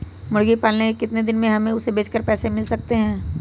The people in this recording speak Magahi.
मुर्गी पालने से कितने दिन में हमें उसे बेचकर पैसे मिल सकते हैं?